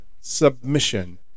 submission